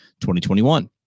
2021